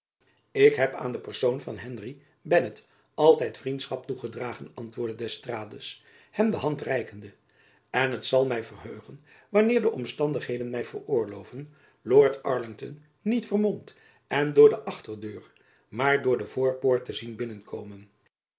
ik heb aan de persoon van henry bennet altijd vriendschap toegedragen antwoordde d'estrades hem de hand reikende en het zal my verheugen wanneer de omstandigheden my veroorloven lord arlington niet vermomd en door de achterdeur maar door de voorpoort te zien binnenkomen